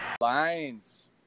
Lines